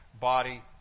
body